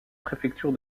préfecture